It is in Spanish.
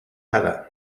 hada